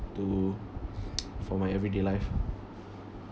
to for my everyday life